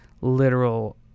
literal